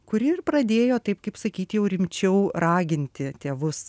kuri ir pradėjo taip kaip sakyt jau rimčiau raginti tėvus